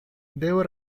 debo